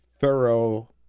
thorough